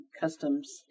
customs